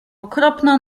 okropna